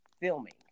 filming